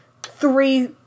three